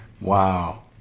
Wow